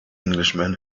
englishman